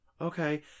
okay